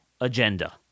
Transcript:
agenda